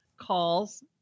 calls